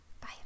Bye